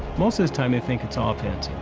most of this time, they think it's ah offense.